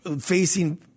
facing—